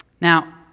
Now